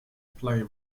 ply